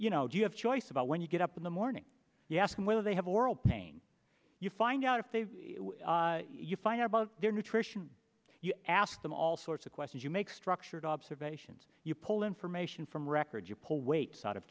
you know do you have a choice about when you get up in the morning you ask them whether they have oral pain you find out if they've you find out about their nutrition you ask them all sorts of questions you make structured observations you pull information from records you pull weights out of